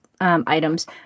items